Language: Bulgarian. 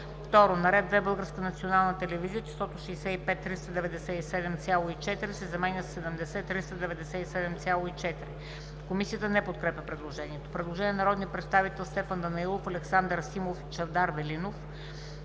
телевизия числото „65 397,4“ се заменя с „70 397,4“.“ Комисията не подкрепя предложението. Предложение на народните представители Стефан Данаилов, Александър Симов и Чавдар Велинов: